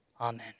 Amen